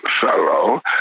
fellow